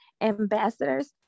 ambassadors